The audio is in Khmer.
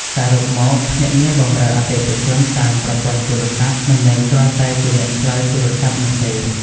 សរុបមក ភ្នាក់ងារបម្រើអតិថិជនតាមប្រព័ន្ធទូរស័ព្ទ មិនមែនគ្រាន់តែជាអ្នកឆ្លើយទូរស័ព្ទនោះទេ។